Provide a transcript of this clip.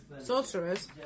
sorcerers